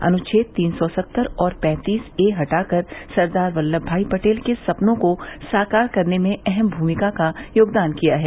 अनुछेद तीन सौ सत्तर और पैंतीस ए हटाकर सरदार वल्लभ भाई पटेल के सपनो को साकार करने में अहम योगदान किया है